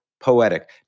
poetic